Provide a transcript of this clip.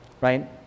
Right